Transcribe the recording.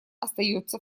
остается